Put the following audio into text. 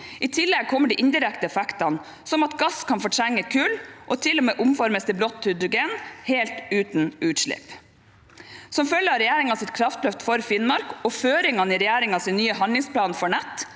I tillegg kommer de indirekte effektene, som at gass kan fortrenge kull og til og med omformes til blått hydrogen, helt uten utslipp. Som følge av regjeringens kraftløft for Finnmark og føringene i regjeringens nye handlingsplan for nett